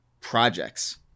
projects